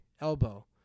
elbow